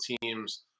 teams